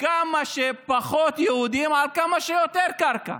כמה שפחות יהודים על כמה שיותר קרקע.